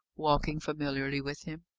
walking familiarly with him.